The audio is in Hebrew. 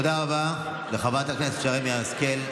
תודה רבה לחברת הכנסת שרן מרים השכל.